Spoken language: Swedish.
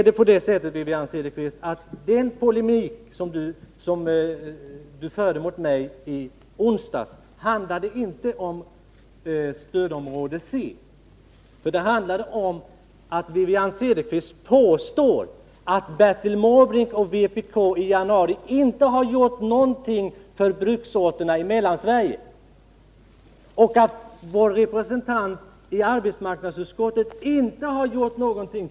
Den polemik som Wivi-Anne Cederqvist förde mot mig i onsdags handlade inte om stödområde C, utan Wivi-Anne Cederqvist påstod att Bertil Måbrink och vpk i januari inte hade gjort någonting för bruksorterna i Mellansverige och att vår representant i arbetsmarknadsutskottet inte heller har gjort någonting.